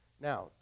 Now